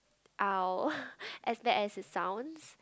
!ow! as bad as it sounds